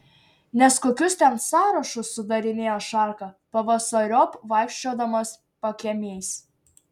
nes kokius ten sąrašus sudarinėjo šarka pavasariop vaikščiodamas pakiemiais